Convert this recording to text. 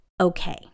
okay